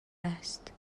است